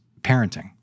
parenting